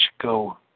go